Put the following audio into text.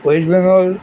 West Bengal